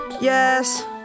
Yes